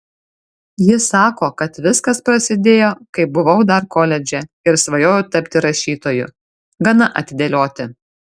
ji sako kad viskas prasidėjo kai buvau dar koledže ir svajojau tapti rašytoju gana atidėlioti